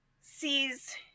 sees